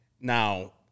Now